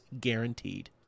guaranteed